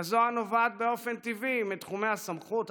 כזו הנובעת באופן טבעי מתחומי הסמכות,